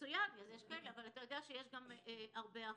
מצוין, אבל אתה יודע שיש גם הרבה אחרים.